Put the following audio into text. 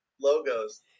logos